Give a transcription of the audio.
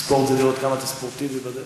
הספורט זה לראות כמה אתה ספורטיבי בדרך.